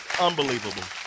Unbelievable